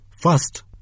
First